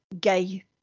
gay